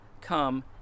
come